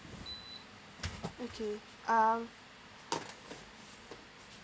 okay um